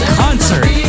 concert